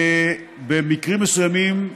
במקרים מסוימים,